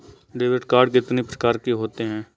Debit card कितनी प्रकार के होते हैं?